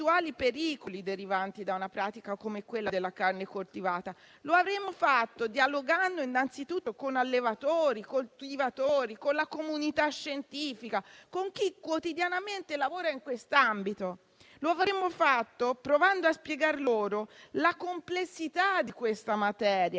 pericoli derivanti da una pratica come quella della carne coltivata. Lo avremmo fatto dialogando, innanzitutto, con allevatori e coltivatori, con la comunità scientifica, con chi quotidianamente lavora in questo ambito. Lo avremmo fatto provando a spiegar loro la complessità di questa materia,